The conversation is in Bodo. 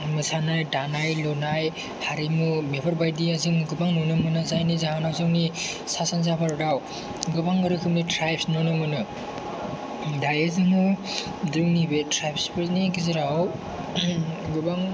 मोसानाय दानाय लुनाय हारिमु बेफोरबादिया जों गोबां नुनो मोनो जायनि जाहोनाव जोंनि सा सानजा भारताव गोबां रोखोमनि ट्राइब्स नुनो मोनो दायो जोङो जोंनि बे ट्राइब्सफोरनि गेजेराव गोबां